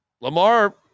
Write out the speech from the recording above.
Lamar